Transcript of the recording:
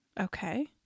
okay